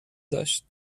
داشت